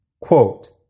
Quote